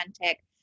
authentic